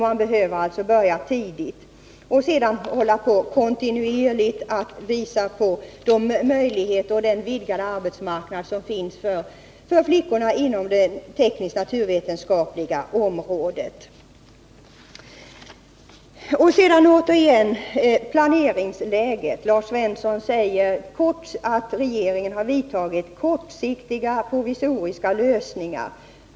Man behöver alltså börja tidigt och sedan kontinuerligt visa på den vidgade arbetsmarknaden för flickorna inom det teknisk-naturvetenskapliga området. Sedan återigen planeringsläget! Lars Svensson säger att regeringen vidtagit kortsiktiga och provisoriska åtgärder.